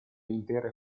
intere